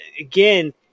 again